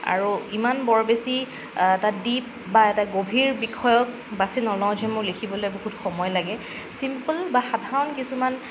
আৰু ইমান বৰ বেছি এটা ডিপ বা এটা গভীৰ বিষয়ক বাছি নলওঁ যে মোৰ লিখিবলৈ বহুত সময় লাগে চিম্প'ল বা সাধাৰণ কিছুমান